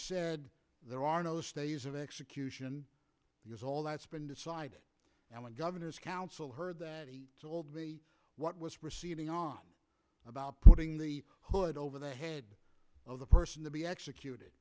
said there are no stays of execution because all that's been decided and when governors counsel heard that he told me what was receding on about putting the hood over the head of the person to be executed